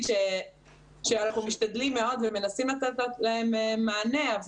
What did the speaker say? שאנחנו משתדלים מאוד ומנסים לתת להם מענה,